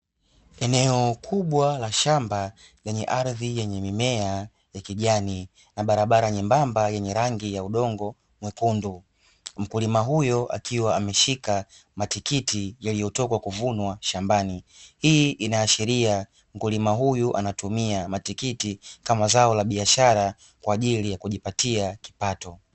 Eneo kubwa la shamba lenye ardhi yenye mimea ya kijani na barabara nyembamba yenye rangi ya udongo mwekundu, mkulima huyo akiwa ameshika matikiti yaliyotoka kuvunwa shambani. Hii inaashiria mkulima huyu anatumia matikiti kama zao la biashara kwa ajili ya kujipatia kipato.